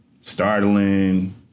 startling